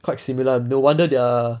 quite similar no wonder they are